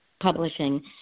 publishing